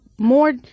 more